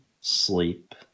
sleep